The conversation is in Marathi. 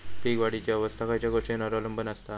पीक वाढीची अवस्था खयच्या गोष्टींवर अवलंबून असता?